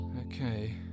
okay